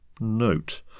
Note